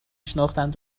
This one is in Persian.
شناختند